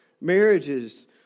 marriages